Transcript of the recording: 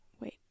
Wait